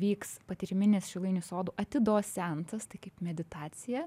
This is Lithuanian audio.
vyks patyriminis šilainių sodų atidos seansas tai kaip meditacija